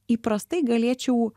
įprastai galėčiau